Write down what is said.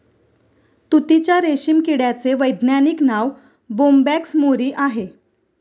तुतीच्या रेशीम किड्याचे वैज्ञानिक नाव बोंबॅक्स मोरी आहे